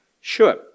Sure